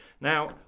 Now